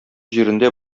җирендә